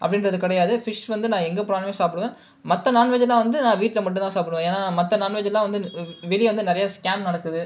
அப்படின்றது கிடையாது ஃபிஷ் வந்து நான் எங்கே போனாலுமே சாப்பிடுவ மற்ற நான்வெஜ்லாம் வந்து நான் வீட்டில் மட்டும்தான் சாப்பிடுவ ஏன்னால் மற்ற நான்வெஜ்லா வந்து வெளியே வந்து நிறைய ஸ்கேம் நடக்குது